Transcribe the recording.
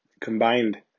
combined